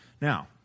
Now